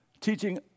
teaching